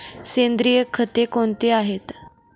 सेंद्रिय खते कोणती आहेत?